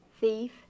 Thief